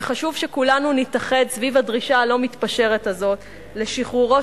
וחשוב שכולנו נתאחד סביב הדרישה הלא-מתפשרת הזאת לשחרורו